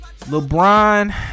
LeBron